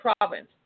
province